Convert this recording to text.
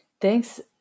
Thanks